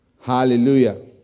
Hallelujah